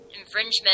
Infringement